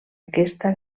aquesta